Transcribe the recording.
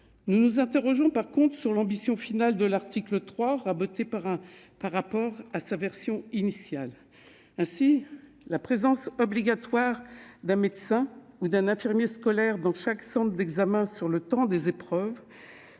nous nous interrogeons sur l'ambition de l'article 3, raboté par rapport à sa version initiale. Ainsi, la présence « obligatoire » d'un médecin ou d'un infirmier scolaire dans chaque centre d'examen durant les épreuves,